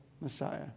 Messiah